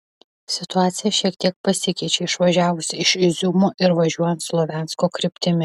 situacija kiek pasikeičia išvažiavus iš iziumo ir važiuojant slaviansko kryptimi